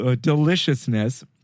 deliciousness